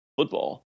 football